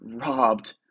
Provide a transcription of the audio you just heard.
robbed